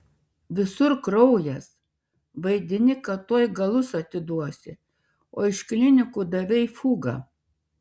visur kraujas vaidini kad tuoj galus atiduosi o iš klinikų davei fugą